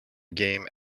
game